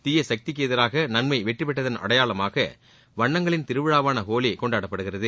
தீயசக்திக்கு எதிராக நன்மை வெற்றி பெற்றதன் அடையாளமாக வண்ணங்களின் திருவிழாவாள ஹோலி கொண்டாடப்படுகிறது